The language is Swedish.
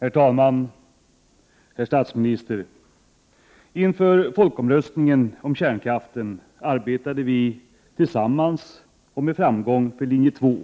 Herr talman! Inför folkomröstningen om kärnkraften arbetade vi tillsammans och med framgång för linje 2,